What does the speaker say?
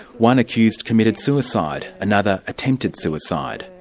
one accused committed suicide, another attempted suicide.